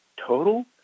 total